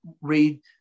read